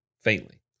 faintly